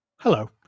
Hello